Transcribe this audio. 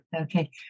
Okay